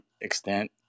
extent